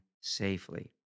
safely